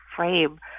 frame